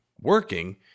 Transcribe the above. working